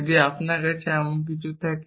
যদি আপনার কাছে এইরকম কিছু থাকে